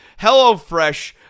HelloFresh